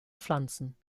pflanzen